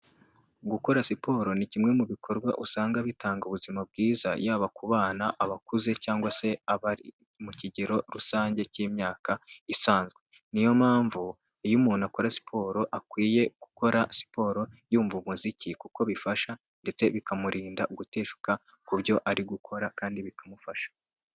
Gukora siporo ni kimwe mu bikorwa usanga bitanga ubuzima bwiza, yaba ku bana, abakuze, cyangwa se abari mu kigero rusange cy'imyaka isanzwe. Ni yo mpamvu iyo umuntu akora siporo, akwiye gukora siporo yumva umuziki, kuko bifasha ndetse bikamurinda guteshuka ku byo ari gukora, kandi bikamufasha.